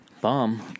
Bomb